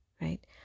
right